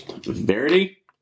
Verity